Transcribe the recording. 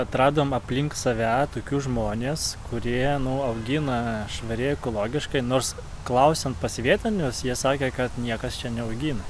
atradom aplink save tokius žmones kurie nu augina švari ekologiškai nors klausiant pas vietinius jie sakė kad niekas čia neaugina